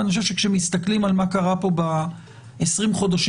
אני חושב שכשמסתכלים על מה קרה פה ב-20 חודשים